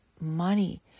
money